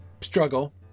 struggle